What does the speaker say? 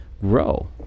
grow